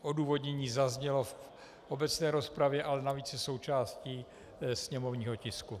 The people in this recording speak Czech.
Odůvodnění zaznělo v obecné rozpravě, ale navíc je součástí sněmovního tisku.